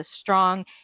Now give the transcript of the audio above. strong